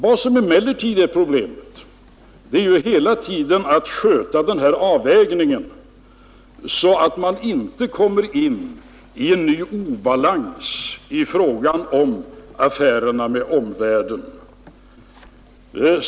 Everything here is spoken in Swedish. Vad som emellertid är problemet hela tiden är att sköta avvägningen så, att man inte kommer in i en ny obalans i affärerna med omvärlden.